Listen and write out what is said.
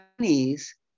Chinese